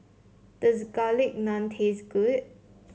does Garlic Naan taste good